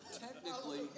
Technically